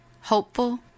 hopeful